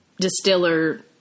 distiller